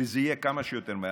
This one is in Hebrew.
שזה יהיה כמה שיותר מהר.